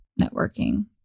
networking